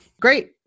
Great